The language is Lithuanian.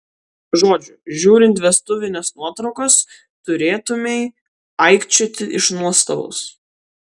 žodžiu žiūrint vestuvines nuotraukas turėtumei aikčioti iš nuostabos